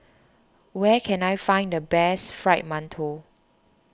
where can I find the best Fried Mantou